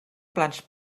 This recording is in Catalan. plans